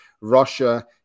Russia